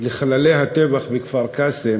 לחללי הטבח בכפר-קאסם